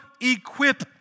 equip